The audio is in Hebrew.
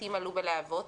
בתים עלו בלהבות.